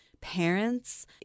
parents